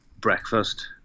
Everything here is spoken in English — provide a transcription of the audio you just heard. breakfast